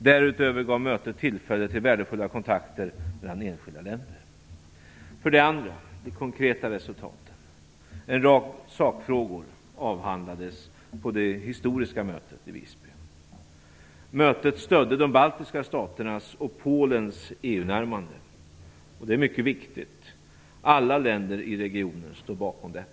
Därutöver gav mötet tillfälle till värdefulla kontakter mellan enskilda länder. För det andra: de konkreta resultaten. En rad sakfrågor avhandlades på det historiska mötet i Visby. närmande. Det är mycket viktigt. Alla länder i regionen står bakom detta.